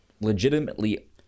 legitimately